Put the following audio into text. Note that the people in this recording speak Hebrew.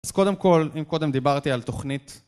אז קודם כל, אם קודם דיברתי על תוכנית...